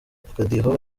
akadiho